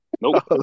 Nope